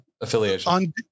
affiliation